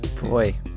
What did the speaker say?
Boy